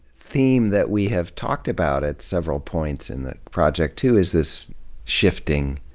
theme that we have talked about at several points in the project, too, is this shifting